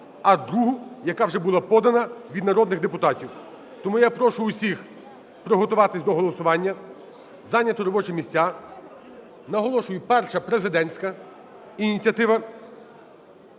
а другу, яка вже була подана, – від народних депутатів. Тому я прошу всіх приготуватись до голосування, зайняти робочі місця. Наголошую: перша – президентська ініціатива,